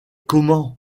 comment